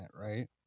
right